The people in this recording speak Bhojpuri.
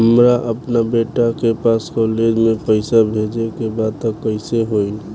हमरा अपना बेटा के पास कॉलेज में पइसा बेजे के बा त कइसे होई?